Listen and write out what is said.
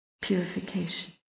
purification